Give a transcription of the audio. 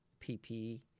PPE